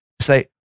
Say